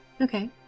Okay